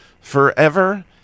forever